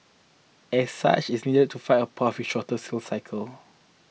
as such it needed to find a path with a shorter sales cycle